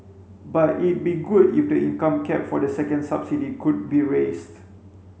but it'd be good if the income cap for the second subsidy could be raised